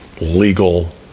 legal